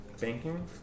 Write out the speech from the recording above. banking